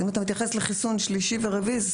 אז אם אתה מתייחס לחיסון שלישי ורביעי,